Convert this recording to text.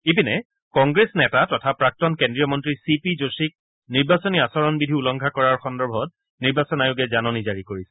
ইপিনে কংগ্ৰেছ নেতা তথা প্ৰাক্তন কেন্দ্ৰীয় মন্ত্ৰী চি পি যোশীক নিৰ্বাচনী আচৰণ বিধি উলংঘা কৰাৰ সন্দৰ্ভত নিৰ্বাচন আয়োগে জাননী জাৰি কৰিছে